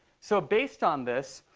so based on this,